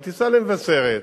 אבל תיסע למבשרת